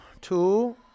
Two